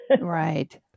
Right